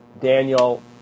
Daniel